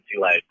Life